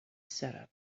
setup